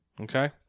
Okay